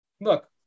Look